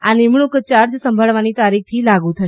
આ નિમણક ચાર્જ સંભાળવાની તારીખથી લાગુ થશે